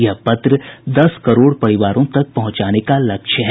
यह पत्र दस करोड़ परिवारों तक पहुंचाने का लक्ष्य है